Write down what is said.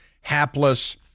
hapless